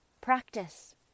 practice